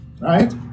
Right